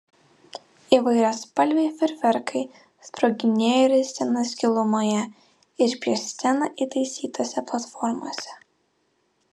įvairiaspalviai fejerverkai sproginėjo ir scenos gilumoje ir prieš sceną įtaisytose platformose